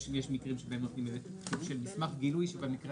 יש מקרים שנותנים מסמך גילוי במקרה